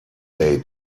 day